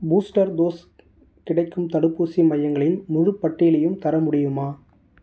booster dose கிடைக்கும் தடுப்பூசி மையங்களின் முழுப்பட்டியலையும் தர முடியுமா